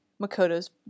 Makoto's